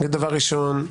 דבר ראשון,